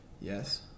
Yes